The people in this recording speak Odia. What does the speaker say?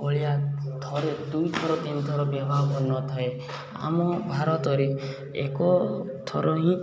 ଭଳିଆ ଥରେ ଦୁଇ ଥର ତିନି ଥର ବିବାହ କରି ନଥାଏ ଆମ ଭାରତରେ ଏକ ଥର ହିଁ